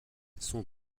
sont